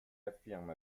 affirme